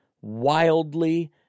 Wildly